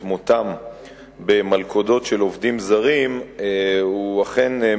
מותם באלפי מלכודות שפועלים זרים בישראל מציבים.